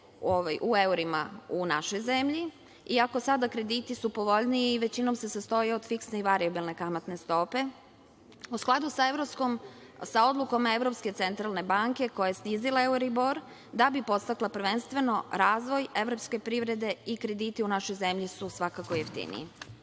u evrima u našoj zemlji, iako su sada krediti povoljniji, većinom se sastoje od fiksne i varijabilne kamatne stope, u skladu sa odlukom Evropske centralne banke koja je snizila euribor, da bi podstakla prvenstveno razvoj evropske privrede i krediti u našoj zemlji su svakako jeftiniji. Sve